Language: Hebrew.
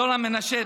יורם מנשה,